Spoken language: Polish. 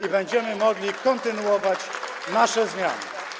i będziemy mogli kontynuować nasze zmiany.